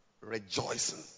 rejoicing